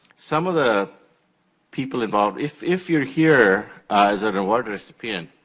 some of the people involved, if if you're here, as an award recipient,